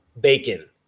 bacon